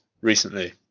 recently